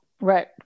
Right